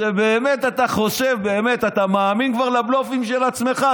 שבאמת אתה חושב ובאמת אתה מאמין כבר לבלופים של עצמך.